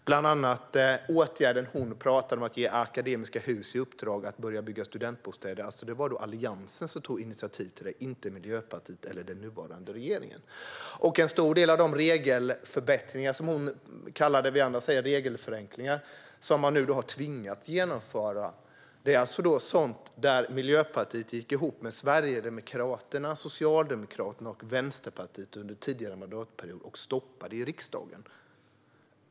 Hon pratade bland annat om att ge Akademiska Hus i uppdrag att börja bygga studentbostäder, och det var Alliansen som tog initiativ till det, inte Miljöpartiet eller den nuvarande regeringen. En stor del av de regelförbättringar, som Emma Hult kallar det medan vi andra säger regelförenklingar, som man nu har tvingats genomföra är sådant som Miljöpartiet gick ihop med Sverigedemokraterna, Socialdemokraterna och Vänsterpartiet under tidigare mandatperiod för att stoppa i riksdagen.